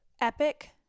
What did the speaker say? Epic